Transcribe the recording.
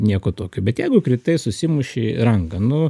nieko tokio bet jeigu kritai susimušei ranką nu